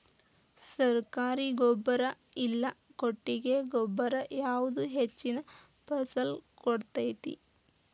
ಸರ್ಕಾರಿ ಗೊಬ್ಬರ ಇಲ್ಲಾ ಕೊಟ್ಟಿಗೆ ಗೊಬ್ಬರ ಯಾವುದು ಹೆಚ್ಚಿನ ಫಸಲ್ ಕೊಡತೈತಿ?